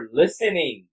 listening